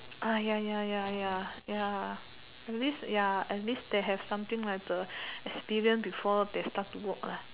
ah ya ya ya ya ya at least ya at least they have something like the experience before they start to work lah